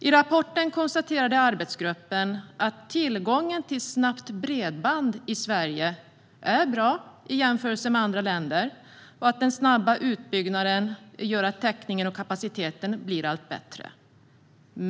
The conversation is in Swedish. I en rapport konstaterar arbetsgruppen att tillgången till snabbt bredband är bra i Sverige i jämförelse med andra länder och att den snabba utbyggnaden gör att täckningen och kapaciteten blir allt bättre.